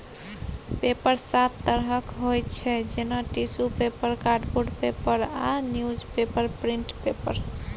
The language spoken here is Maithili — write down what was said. पेपर सात तरहक होइ छै जेना टिसु पेपर, कार्डबोर्ड पेपर आ न्युजपेपर प्रिंट पेपर